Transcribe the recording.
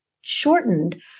shortened